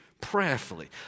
prayerfully